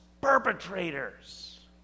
perpetrators